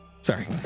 Sorry